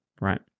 right